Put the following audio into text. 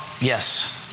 Yes